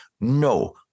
no